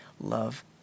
love